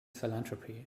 philanthropy